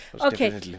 Okay